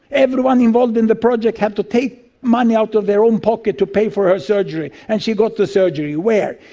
everyone involved in the project had to take money out of their own pocket to pay for her surgery, and she got the surgery. where?